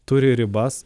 turi ribas